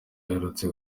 aherutse